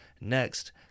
Next